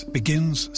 begins